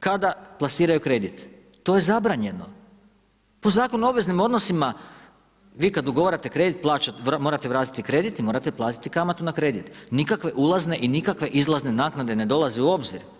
kada plasiraju kredit, to ej zabranjeno po Zakonu o obveznim odnosima, vi kad ugovarate kredit morate vratiti kredit i morate platiti kamatu na kredit, nikakve ulazne i nikakve izlazne naknade ne dolaze u obzir.